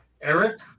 Eric